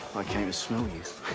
came to smell you.